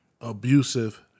abusive